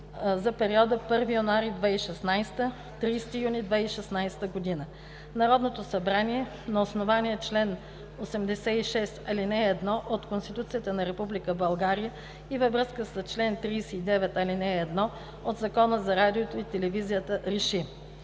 за периода 1 януари 2016 г. – 30 юни 2016 г. Народното събрание на основание чл. 86, ал. 1 от Конституцията на Република България и във връзка с чл. 39, ал. 1 от Закона за радиото и телевизията РЕШИ: